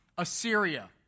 Assyria